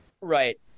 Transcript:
Right